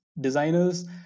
Designers